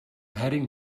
heading